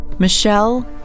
Michelle